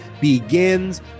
begins